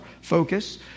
focus